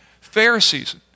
Pharisees